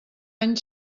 any